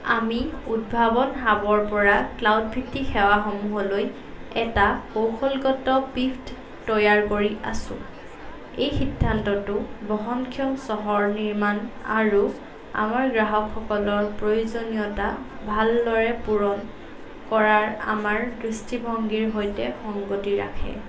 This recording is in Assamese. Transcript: আমি উদ্ভাৱন হাবৰপৰা ক্লাউডভিত্তিক সেৱাসমূহলৈ এটা কৌশলগত পিভট তৈয়াৰ কৰি আছোঁ এই সিদ্ধান্তটো বহনক্ষম চহৰ নিৰ্মাণ আৰু আমাৰ গ্ৰাহকসকলৰ প্ৰয়োজনীয়তা ভালদৰে পূৰণ কৰাৰ আমাৰ দৃষ্টিভংগীৰ সৈতে সংগতি ৰাখে